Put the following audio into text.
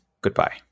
Goodbye